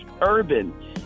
urban